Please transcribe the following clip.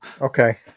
Okay